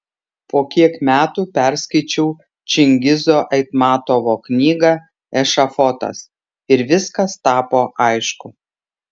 po kiek metų perskaičiau čingizo aitmatovo knygą ešafotas ir viskas tapo aišku